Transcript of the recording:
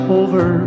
over